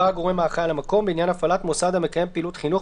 הגורם האחראי על המקום בעניין הפעלת מוסד המקיים פעילות חינוך,